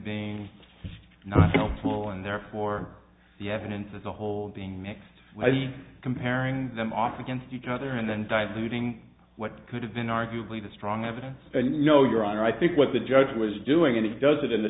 being not helpful and therefore the evidence of the whole being mixed comparing them off against each other and then diluting what could have been arguably the strong evidence and you know your honor i think what the judge was doing and it does it in the